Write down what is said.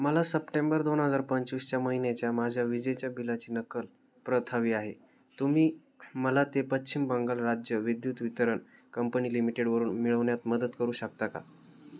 मला सप्टेंबर दोन हजार पंचवीसच्या महिन्याच्या माझ्या विजेच्या बिलाची नक्कल प्रत हवी आहे तुम्ही मला ते पश्चिम बंगाल राज्य विद्युत वितरण कंपनी लिमिटेडवरून मिळवण्यात मदत करू शकता का